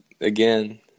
Again